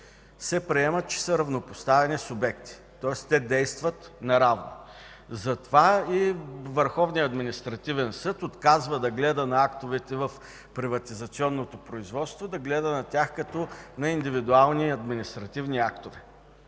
тези случаи са равнопоставени субекти, тоест те действат наравно. Затова и Върховният административен съд отказва да гледа на актовете в приватизационното производство като на индивидуални административни актове.